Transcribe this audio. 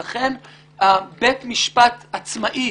בית משפט עצמאי